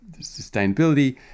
sustainability